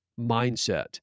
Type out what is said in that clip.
mindset